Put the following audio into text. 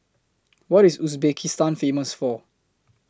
What IS Uzbekistan Famous For